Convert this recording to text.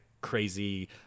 crazy